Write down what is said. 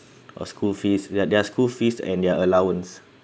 or school fees their their school fees and their allowance